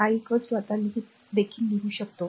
i आता देखील लिहू शकतो